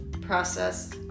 process